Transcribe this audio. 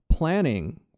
planning